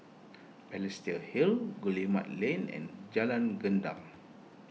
Balestier Hill Guillemard Lane and Jalan Gendang